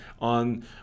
on